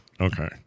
okay